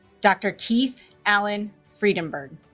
dr. keith alan friedenberg